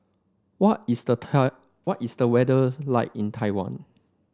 what is the what is the weather like in Taiwan